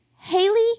Haley